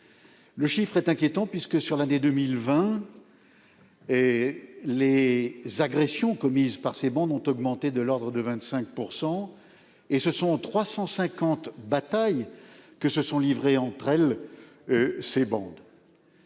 Le chiffre est inquiétant, puisque, au cours de l'année 2020, les agressions commises par ces bandes ont augmenté de l'ordre de 25 %, et ce sont 350 batailles qu'elles se sont livrées. Ces chiffres